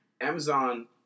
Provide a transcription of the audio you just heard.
Amazon